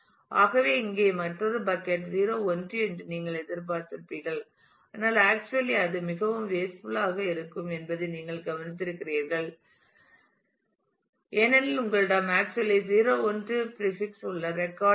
ஆகவே இங்கே மற்றொரு பக்கட் 0 1 என்று நீங்கள் எதிர்பார்த்திருப்பீர்கள் ஆனால் அச்சுவேலி அது மிகவும் வேஸ்ட்புல் ஆக இருக்கும் என்பதை நீங்கள் கவனிக்கிறீர்கள் செய்ய வேண்டும் ஏனெனில் உங்களிடம் அச்சுவேலி 0 1 பிரீபிக்ஸ் உள்ள ரெக்கார்ட் இல்லை